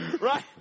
Right